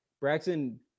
Braxton